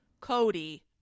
Cody